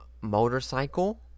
motorcycle